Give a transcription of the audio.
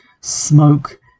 smoke